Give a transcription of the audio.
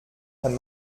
kann